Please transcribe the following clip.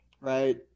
right